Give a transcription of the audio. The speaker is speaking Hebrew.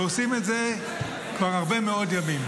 ועושים את זה כבר הרבה מאוד ימים.